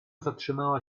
zatrzymała